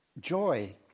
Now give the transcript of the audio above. joy